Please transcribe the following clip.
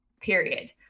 period